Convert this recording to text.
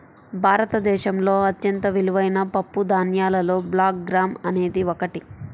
భారతదేశంలో అత్యంత విలువైన పప్పుధాన్యాలలో బ్లాక్ గ్రామ్ అనేది ఒకటి